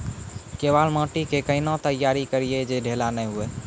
केवाल माटी के कैना तैयारी करिए जे ढेला नैय हुए?